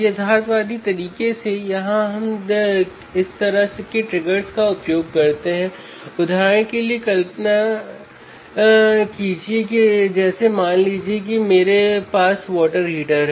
यह peak to peak 104 volt है